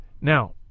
Now